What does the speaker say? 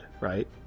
right